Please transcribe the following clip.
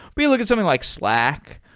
we look at something like slack,